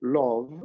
love